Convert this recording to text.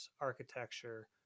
architecture